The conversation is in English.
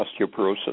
osteoporosis